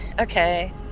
Okay